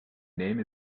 name